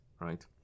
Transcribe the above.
Right